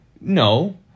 No